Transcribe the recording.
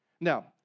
Now